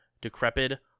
decrepit